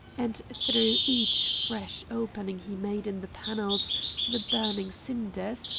and through each fresh opening he made in the panels the burning cinders,